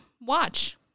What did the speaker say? watch